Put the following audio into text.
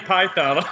Python